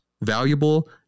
valuable